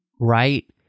Right